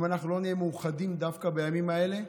אם לא נהיה מאוחדים דווקא בימים האלה,